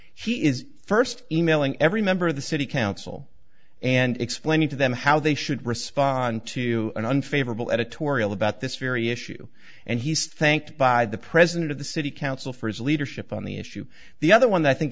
he is first e mailing every member of the city council and explaining to them how they should respond to an unfavorable editorial about this very issue and he's thanked by the president of the city council for his leadership on the issue the other one i think